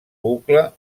bucle